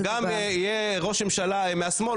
שגם אם יהיה ראש ממשלה מהשמאל,